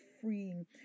freeing